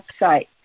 website